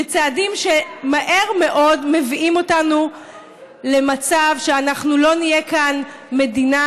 וצעדים שמהר מאוד מביאים אותנו למצב שאנחנו לא נהיה כאן מדינה,